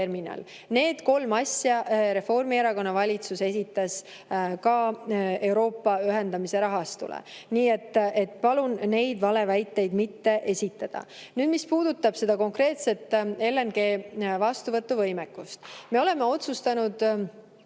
Need kolm asja Reformierakonna valitsus esitas Euroopa ühendamise rahastule. Nii et palun neid valeväiteid mitte esitada. Nüüd, mis puudutab konkreetset LNG vastuvõtu võimekust, siis me oleme otsustanud,